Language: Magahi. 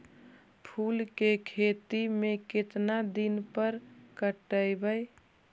फूल के खेती में केतना दिन पर पटइबै?